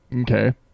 Okay